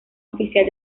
oficial